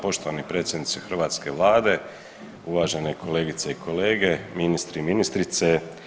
Poštovani predsjedniče hrvatske Vlade, uvažene kolegice i kolege ministri i ministrice.